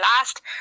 last